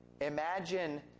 Imagine